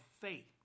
faith